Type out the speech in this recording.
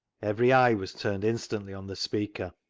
every eye was turned instantly on the speaker,